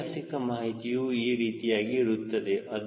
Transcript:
ಐತಿಹಾಸಿಕ ಮಾಹಿತಿಯು ಈ ರೀತಿಯಾಗಿ ಇರುತ್ತದೆ